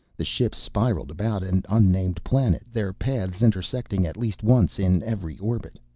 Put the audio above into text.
the ships spiraled about an unnamed planet, their paths intersecting at least once in every orbit.